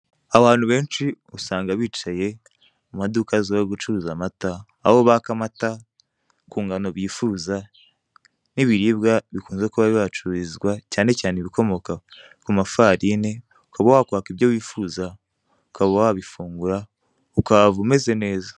Abantu benshi usanga bicaye mu maduka azwiho gucuruza amata aho baka amata ku ngano bifuza n'ibiribwa bikunze kuba bahacururizwa cyane cyane ibikomoka ku mafarine, ukaba wakwaka ibyo wifuza ukaba wabifungura ukahava umeze neza.